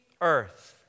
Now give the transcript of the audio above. Earth